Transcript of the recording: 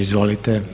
Izvolite.